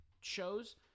shows